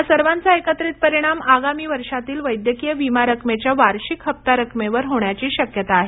या सर्वांचा एकत्रित परिणाम आगामी वर्षातील वैद्यकीय विमा रकमेच्या वार्षिक हप्ता रकमेवर होण्याची शक्यता आहे